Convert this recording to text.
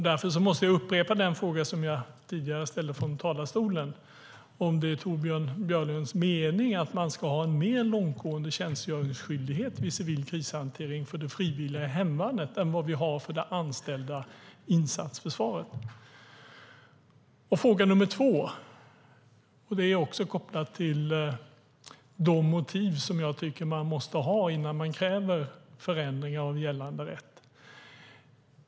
Därför måste jag upprepa den fråga jag tidigare ställde från talarstolen, om det är Torbjörn Björlunds mening att man ska ha en mer långtgående tjänstgöringsskyldighet vid civil krishantering för det frivilliga hemvärnet än för det anställda insatsförsvaret. Min andra fråga är kopplad till de motiv jag tycker att man måste ha innan man kräver förändringar av gällande rätt.